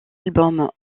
albums